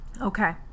Okay